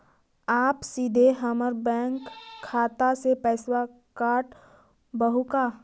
आप सीधे हमर बैंक खाता से पैसवा काटवहु का?